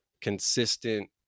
consistent